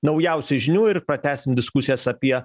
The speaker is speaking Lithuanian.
naujausių žinių ir pratęsim diskusijas apie